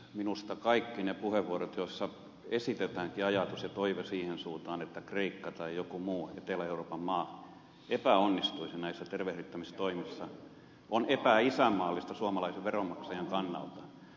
minusta kaikki ne puheenvuorot joissa esitetäänkin ajatus ja toive siihen suuntaan että kreikka tai joku muu etelä euroopan maa epäonnistuisi näissä tervehdyttämistoimissa ovat epäisänmaallisia suomalaisen veronmaksajan kannalta